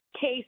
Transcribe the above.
case